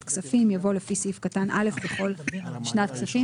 כספים" יבוא "לפי סעיף קטן (א) בכל שנת כספים".